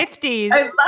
50s